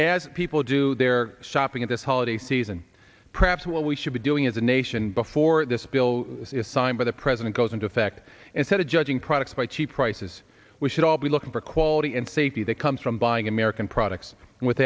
as people do their shopping in this holiday season perhaps what we should be doing as a nation before this bill is signed by the president goes into effect instead of judging products by cheap prices we should all be looking for quality and safety that comes from buying american products